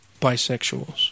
bisexuals